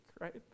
right